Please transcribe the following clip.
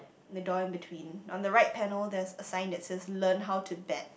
the door in between on the right panel there's a sign that says learn how to bet